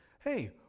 hey